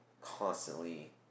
constantly